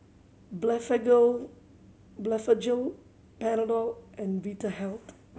Blephagel Panadol and Vitahealth